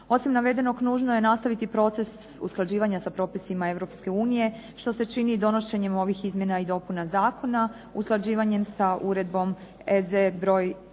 Osim navedenog nužno je nastaviti proces usklađivanja sa propisima Europske unije, što se čini i donošenjem ovih izmjena i dopuna zakona, usklađivanjem sa uredbom EZ broj